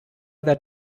that